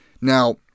Now